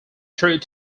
through